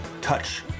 touch